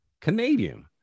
Canadian